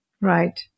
Right